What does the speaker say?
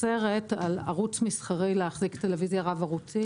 אוסרת על ערוץ מסחרי להחזיק טלוויזיה רב-ערוצית